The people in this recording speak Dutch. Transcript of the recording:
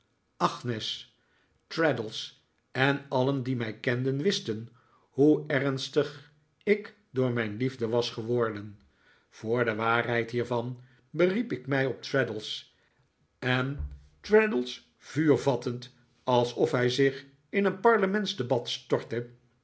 agnes traddles en alien die mij kenden wisten hoe ernstig ik door mijn liefde was geworden voor de waarheid hiervan beriep ik mij op traddles en traddles vuur vattend alsof hij zich in een parlementsdebat stortte